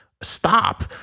Stop